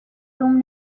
روم